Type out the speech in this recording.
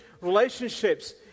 relationships